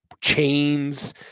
chains